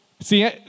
See